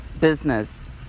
business